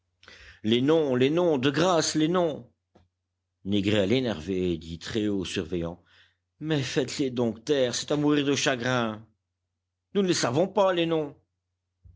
les noms les noms de grâce les noms négrel énervé dit très haut aux surveillants mais faites-les donc taire c'est à mourir de chagrin nous ne les savons pas les noms